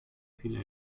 viele